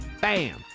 bam